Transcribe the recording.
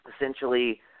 Essentially